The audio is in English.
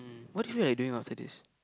what do you feel like doing after this